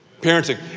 parenting